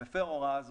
המפר הוראה זו,